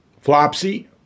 Flopsy